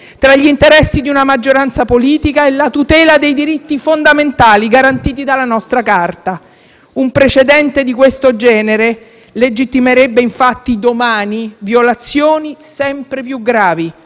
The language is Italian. Un precedente di questo genere domani legittimerebbe, infatti, violazioni sempre più gravi dei diritti e della dignità delle persone, perché sarebbe infinitamente più semplice giustificarli di nuovo.